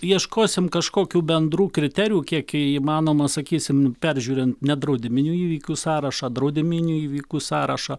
ieškosim kažkokių bendrų kriterijų kiek įmanoma sakysim peržiūrint nedraudiminių įvykių sąrašą draudiminių įvykių sąrašą